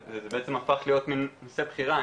זה בעצם הפך להיות מין נושא בחירה,